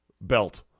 belt